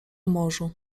morzu